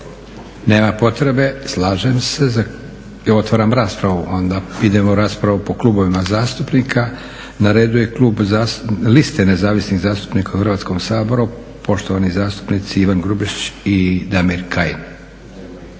Nema potrebe, slažem se. Otvaram raspravu onda. Idemo u raspravu po klubovima zastupnika. Na redu je Klub liste nezavisnih zastupnika u Hrvatskom saboru, poštovani zastupnici Ivan Grubišić i Damir Kajin.